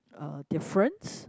uh difference